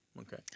Okay